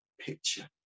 picture